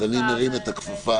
אז אני ארים את הכפפה.